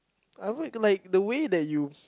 I would like the way that you